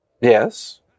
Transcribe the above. Yes